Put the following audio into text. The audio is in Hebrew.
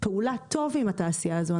פעולה טוב עם התעשייה הזו,